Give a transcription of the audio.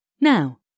Now